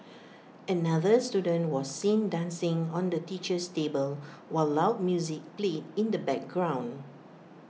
another student was seen dancing on the teacher's table while loud music played in the background